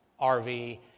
RV